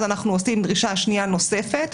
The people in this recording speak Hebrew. אז אנחנו עושים דרישה שנייה נוספת